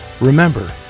remember